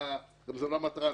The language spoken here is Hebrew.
זו גם לא המטרה.